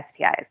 STIs